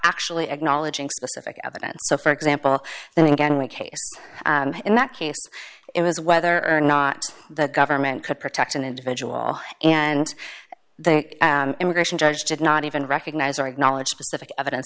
actually acknowledging specific evidence so for example then again we case in that case it was whether or not the government could protect an individual and the immigration judge did not even recognize or acknowledge specific evidence